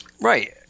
Right